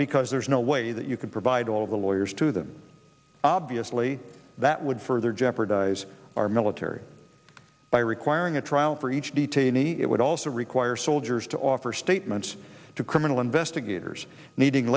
because there's no way that you could provide all the lawyers to them obviously that would further jeopardize our military by requiring a trial for each detainee it would also require soldiers to offer statements to criminal investigators needing